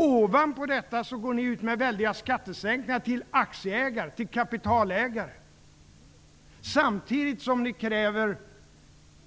Ovanpå detta går ni ut med väldiga skattesänkningar till aktieägare och kapitalägare, samtidigt som ni kräver